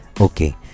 okay